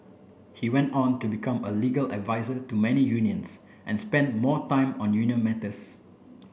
he went on to become a legal advisor to many unions and spent more time on union matters